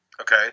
okay